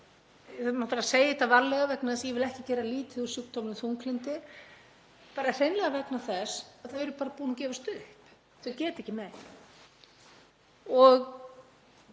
— ég vil segja þetta varlega vegna þess að ég vil ekki gera lítið úr sjúkdómum þunglyndi — hreinlega vegna þess að þau eru bara búin að gefast upp. Þau geta ekki meir.